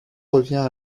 revient